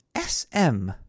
SM